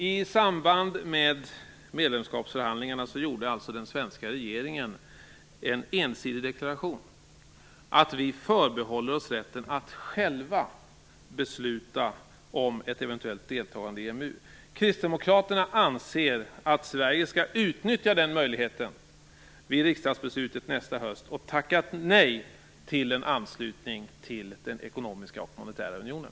I samband med medlemskapsförhandlingarna gjorde den svenska regeringen en ensidig deklaration att vi förbehåller oss rätten att själva besluta om ett eventuellt deltagande i EMU. Kristdemokraterna anser att Sverige skall utnyttja den möjligheten vid riksdagsbeslutet nästa höst och tacka nej till en anslutning till den ekonomiska och monetära unionen.